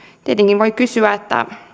tietenkin voi kysyä